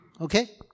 Okay